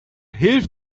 hilf